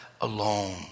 alone